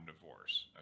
divorce